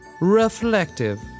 Reflective